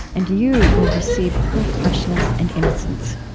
and you will receive her freshness and innocence.